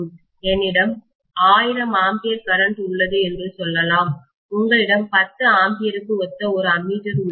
என்னிடம் 1000 ampere current உள்ளது என்று சொல்லலாம் உங்களிடம் 10 ஆம்பியருக்கு ஒத்த ஒரு அம்மீட்டர் உள்ளது